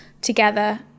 together